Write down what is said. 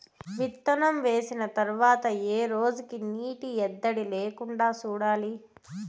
విత్తనం వేసిన తర్వాత ఏ రోజులకు నీటి ఎద్దడి లేకుండా చూడాలి?